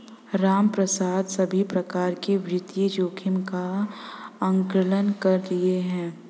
रामप्रसाद सभी प्रकार के वित्तीय जोखिम का आंकलन कर लिए है